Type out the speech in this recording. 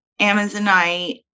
amazonite